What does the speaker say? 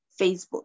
Facebook